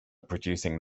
producing